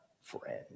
friend